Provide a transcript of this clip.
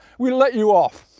we'll let you off